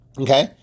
Okay